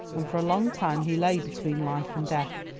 and for a long time he lay between life and death,